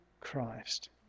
Christ